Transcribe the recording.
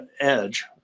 Edge